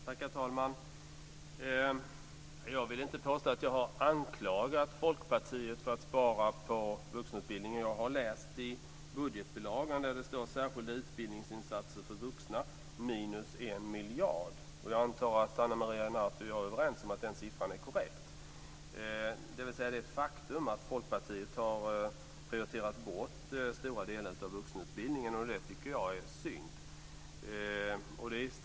Herr talman! Jag vill inte påstå att jag har anklagat Folkpartiet för att spara på vuxenutbildningen. Jag har läst i budgetbilagan där det står att särskilda utbildningsinsatser för vuxna ska få minus 1 miljard. Jag antar att Ana Maria Narti och jag är överens om att den siffran är korrekt. Det är ett faktum att Folkpartiet har prioriterat bort stora delar av vuxenutbildningen. Det är synd.